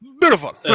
Beautiful